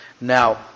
Now